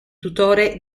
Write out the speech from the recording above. tutore